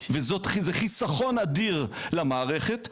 וזה חיסכון אדיר למערכת,